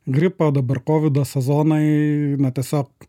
gripo dabar kovido sezonai tiesiog